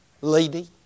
lady